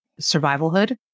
survivalhood